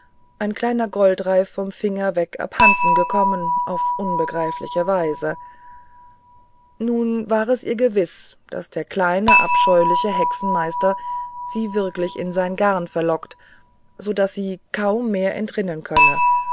ein kleiner goldreif vom finger weg abhanden gekommen auf unbegreifliche weise nun war es ihr gewiß daß der kleine abscheuliche hexenmeister sie wirklich in sein garn verlockt so daß sie kaum mehr entrinnen könne